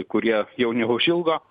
kurie jau neužilgo